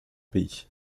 pays